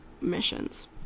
missions